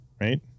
right